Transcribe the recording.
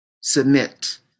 submit